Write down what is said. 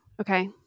Okay